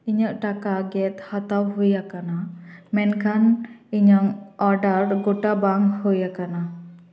ᱤᱧᱟᱹᱜ ᱴᱟᱠᱟ ᱜᱮᱫ ᱦᱟᱛᱟᱣ ᱦᱩᱭ ᱟᱠᱟᱱᱟ ᱢᱮᱱᱠᱷᱟᱱ ᱤᱧᱟᱹᱜ ᱚᱰᱟᱨ ᱜᱚᱴᱟ ᱵᱟᱝ ᱦᱩᱭᱟᱠᱟᱱᱟ